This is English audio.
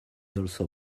also